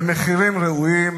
למחירים ראויים